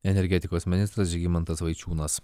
energetikos ministras žygimantas vaičiūnas